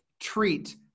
treat